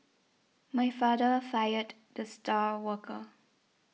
my father fired the star worker